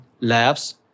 labs